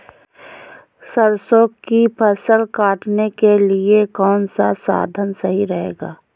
सरसो की फसल काटने के लिए कौन सा साधन सही रहेगा?